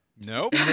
Nope